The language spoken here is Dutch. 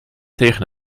tegen